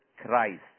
Christ